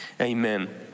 Amen